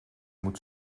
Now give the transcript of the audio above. moet